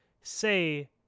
say